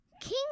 King